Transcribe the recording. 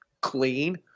clean